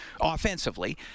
offensively